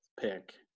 pick